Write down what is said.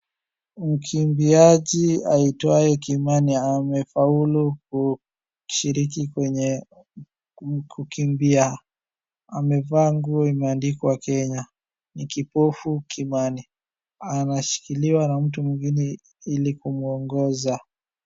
Mkimbiaji aitwaye Kimani amefaulu kushiriki kwenye kukimbia. Amevaa nguo imeandikwa Kenya. Ni kipofu Kimani, anashikiliwa na mtu mwingine ili kumwongoza.